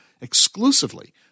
exclusively